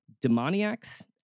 demoniacs